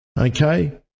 Okay